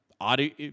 audio